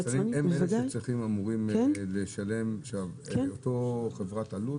הם צריכים לשלם את העלות של אל"ה?